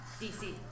DC